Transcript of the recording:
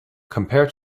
compared